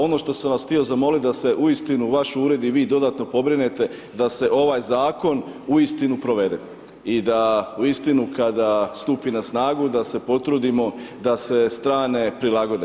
Ono što sam vas htio zamolit da se uistinu vaš ured i vi dodatno pobrinete da se ovaj zakon uistinu provede i da uistinu kada stupi na snagu da se potrudimo da se strane prilagode.